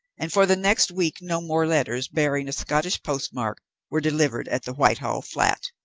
and for the next week no more letters bearing a scotch postmark were delivered at the whitehall flat.